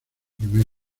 primer